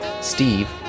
Steve